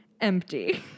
empty